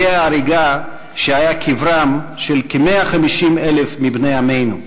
גיא ההריגה שהיה קברם של רבבות מבני עמנו.